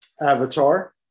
avatar